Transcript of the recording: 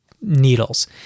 needles